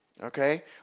okay